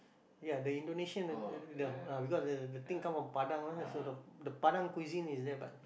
ya the Indonesian uh uh the ah because the the the thing come from Padang ah so the the Padang cuisine is there but